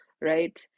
right